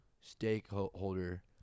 stakeholder